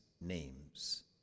names